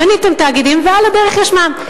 בניתם תאגידים ועל הדרך יש מע"מ.